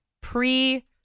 pre-